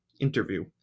interview